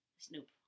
Snoop